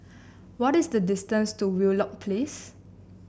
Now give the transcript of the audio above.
what is the distance to Wheelock Place